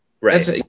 right